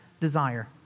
desire